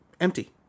empty